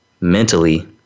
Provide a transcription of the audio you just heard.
mentally